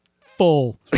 Full